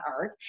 earth